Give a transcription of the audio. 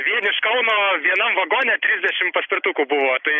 vien iš kauno vienam vagone trisdešim paspirtukų buvo tai